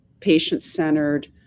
patient-centered